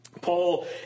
Paul